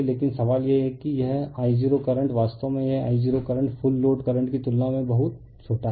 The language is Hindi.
लेकिन सवाल यह है कि यह I0 करंट वास्तव में यह I0 current full load current की तुलना में बहुत छोटा है